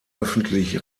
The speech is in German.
öffentlich